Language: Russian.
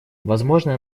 возможное